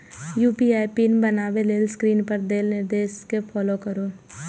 UPI pin बनबै लेल screen पर देल निर्देश कें फॉलो करू